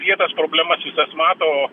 jie tas problemas visas mato